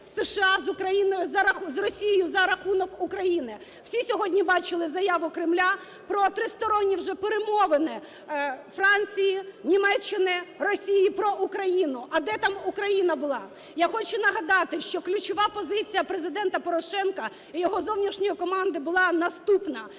з Росією за рахунок України? Всі сьогодні бачили заяву Кремля про тристоронні вже перемовини Франції, Німеччини, Росії про Україну? А де там Україна була? Я хочу нагадати, що ключова позиція Президента Порошенка і його зовнішньої команди була наступна: